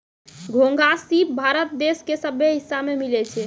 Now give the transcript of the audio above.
घोंघा, सिप भारत देश के सभ्भे हिस्सा में मिलै छै